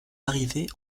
arrivée